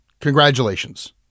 congratulations